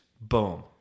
Boom